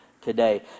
today